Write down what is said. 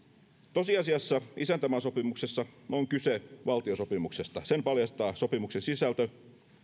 tosiasiassa isäntämaasopimuksessa on kyse valtiosopimuksesta sen paljastaa sopimuksen sisältö